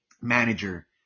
manager